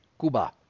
Cuba